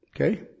Okay